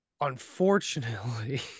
unfortunately